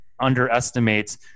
underestimates